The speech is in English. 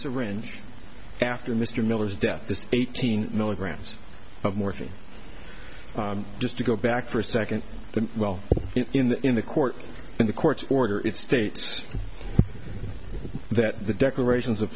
syringe after mr miller's death this eighteen milligrams of morphine just to go back for a second well in the in the court in the court's order it states that the declarations of